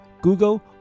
Google